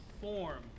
form